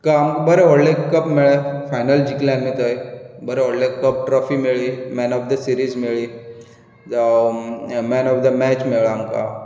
क बरें व्हडलें कप मेळ्ळें फायनल जिंखले आमी थंय बरें व्हडलें कप ट्रोफी मेळ्ळी मॅन ऑफ द सिरिज मेळ्ळी जावं मॅन ऑफ द मॅच मेळ्ळो आमकां